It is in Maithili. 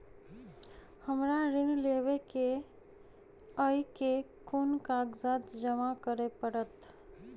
हमरा ऋण लेबै केँ अई केँ कुन कागज जमा करे पड़तै?